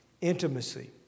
intimacy